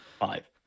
five